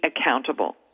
accountable